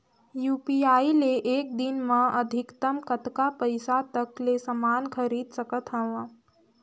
UPI ले एक दिन म अधिकतम कतका रुपिया तक ले समान खरीद सकत हवं?